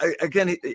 again